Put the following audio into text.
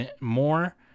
More